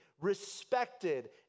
respected